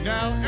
Now